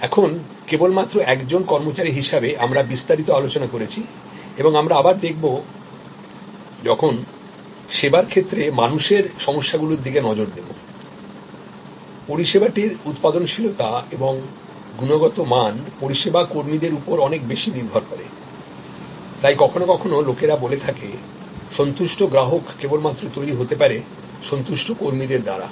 এখন কেবল মাত্র একজন কর্মচারী হিসাবে আমরা বিস্তারিত আলোচনা করেছি এবং আমরা আবার দেখব যখন সেবার ক্ষেত্রে মানুষের সমস্যাগুলির দিকে নজর দেব পরিষেবাটির উৎপাদনশীলতা এবং গুণগত মান পরিষেবা কর্মীদের উপর অনেক বেশি নির্ভর করে তাই কখনও কখনও লোকেরা বলে থাকে সন্তুষ্ট গ্রাহক কেবলমাত্র তৈরি হতে পারে সন্তুষ্ট কর্মীদের দ্বারা